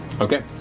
Okay